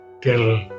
till